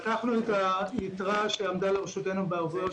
לקחנו את היתרה שעמדה לרשותנו בערבויות